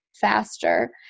faster